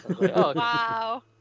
Wow